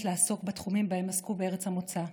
לעסוק בתחומים שבהם עסקו בארץ המוצא,